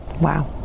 Wow